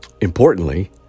Importantly